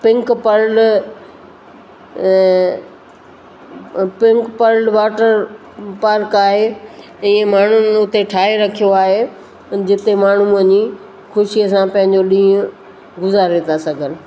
pink pearl pink pearl water park आहे इहे माण्हुनि उते ठाहे रखियो आहे जिते माण्हूअ जी ख़ुशीअ सां पंहिंजो ॾींहुं गुज़ारे था सघनि